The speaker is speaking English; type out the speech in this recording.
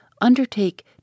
undertake